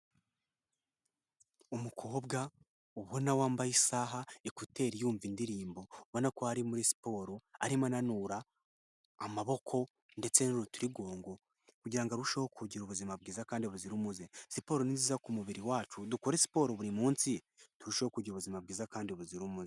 Umukobwa ubona wambaye isaha, ekuteri yumva indirimbo, ubona ko ari muri siporo arimo ananura amaboko ndetse n'urutirigongo, kugira ngo arusheho kugira ubuzima bwiza kandi buzira umuze. Siporo ni nziza ku mubiri wacu dukore siporo buri munsi turushaho kugira ubuzima bwiza kandi buzira umuze.